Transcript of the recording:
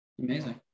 Amazing